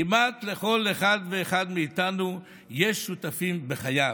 כמעט לכל אחד ואחד מאיתנו יש שותפים בחייו: